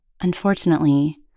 Unfortunately